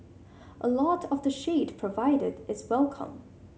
a lot of the shade provided is welcome